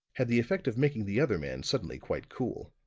had the effect of making the other man suddenly quite cool.